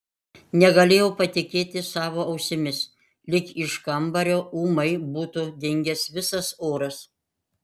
negalėjau patikėti savo ausimis lyg iš kambario ūmai būtų dingęs visas oras